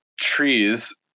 trees